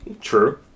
True